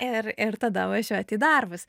ir ir tada važiuot į darbus